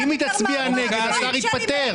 אם היא תצביע נגד, השר יתפטר.